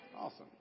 Awesome